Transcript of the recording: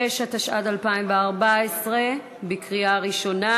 76), התשע"ד 2014, בקריאה ראשונה.